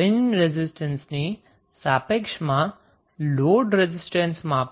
Thevenin રેઝિસ્ટન્સની સાપેક્ષમાં load રેઝિસ્ટન્સમાં